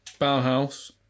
Bauhaus